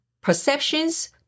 perceptions